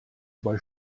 zwei